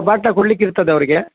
ಬಾಟ ಕೊಡ್ಲಿಕ್ಕೆ ಇರ್ತದೆ ಅವರಿಗೆ